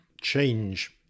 change